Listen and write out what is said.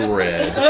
red